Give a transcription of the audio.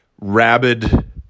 rabid